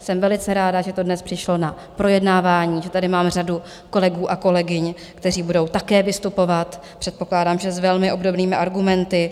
Jsem velice ráda, že to dnes přišlo na projednávání, že tady mám řadu kolegů a kolegyň, kteří budou také vystupovat, předpokládám, že s velmi obdobnými argumenty.